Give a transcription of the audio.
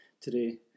today